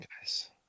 guys